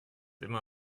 immer